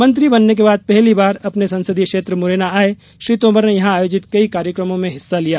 मंत्री बनने के बाद पहली बार अपने संसदीय क्षेत्र मुरैना आये श्री तोमर ने यहां आयोजित कई कार्यकमों में हिस्सा लिया